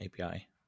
API